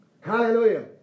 Hallelujah